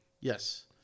Yes